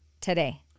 today